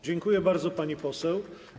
Dziękuję bardzo, pani poseł.